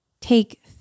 Take